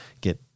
get